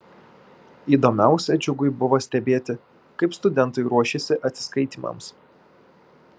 įdomiausia džiugui buvo stebėti kaip studentai ruošiasi atsiskaitymams